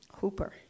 Hooper